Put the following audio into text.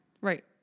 Right